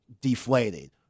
deflated